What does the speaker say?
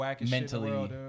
mentally